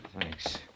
Thanks